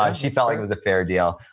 um she felt it was a fair deal,